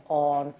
on